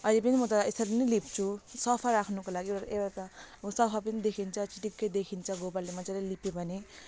अहिले पनि म त यसरी नै लिप्छु सफा राख्नुको लागि एउटा सफा पनि देखिन्छ चिटिक्कै देखिन्छ गोबरले मजाले लिप्यो भने